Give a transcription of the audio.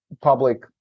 public